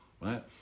Right